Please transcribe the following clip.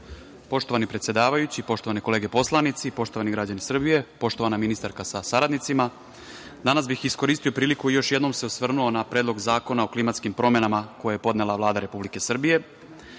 predsedavajući, poštovane kolege poslanici, poštovani građani Srbije, poštovana ministarsko sa saradnicima, danas bih iskoristio priliku i još jednom se osvrnuo na Predlog zakona o klimatskim promenama koje je podnela Vlada Republike Srbije. Naime,